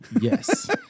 Yes